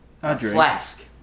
flask